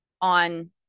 on